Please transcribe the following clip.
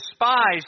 despised